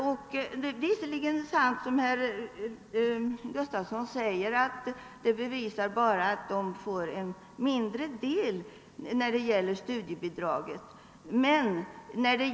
Det är visserligen sant som herr Gustavsson säger att detta visar att de studerande får en mindre del när det gäller studiebidraget.